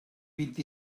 vint